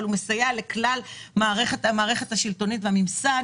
אבל הוא מסייע לכלל המערכת השלטונית והממסד